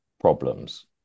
problems